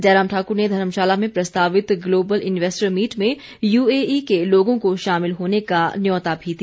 जयराम ठाकुर ने धर्मशाला में प्रस्तावित ग्लोबल इन्वेस्टर मीट में यूएई के लोगों को शामिल होने का न्यौता भी दिया